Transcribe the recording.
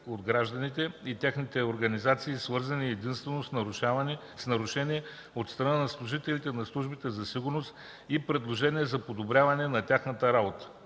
от граждани и техни организации, свързани единствено с нарушения от страна на служители на службите за сигурност, и предложения за подобряване на тяхната работа;